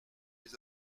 his